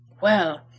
Well